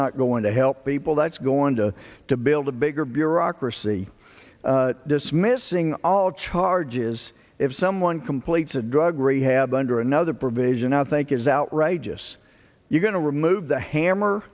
not going to help people that's going to to build a bigger bureaucracy dismissing all charges if someone completes a drug rehab under another provision i think it's outrageous you're going to remove the hammer